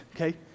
Okay